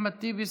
אחמד טיבי,